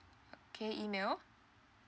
okay email